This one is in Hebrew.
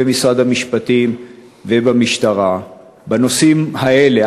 במשרד המשפטים ובמשטרה בנושאים האלה.